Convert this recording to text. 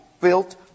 built